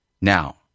Now